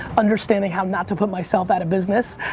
understanding how not to put myself out of business.